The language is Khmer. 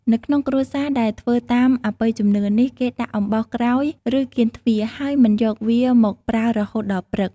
នៅក្នុងគ្រួសារដែលធ្វើតាមអបិយជំនឿនេះ គេដាក់អំបោសក្រោយ ឬ កៀនទ្វារ ហើយមិនយកវាមកប្រើរហូតដល់ព្រឹក។